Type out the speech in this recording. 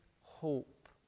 hope